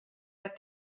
but